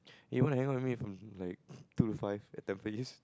eh you want to hang out with me from like two to five at Tampines